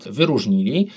wyróżnili